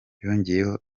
yongeyeko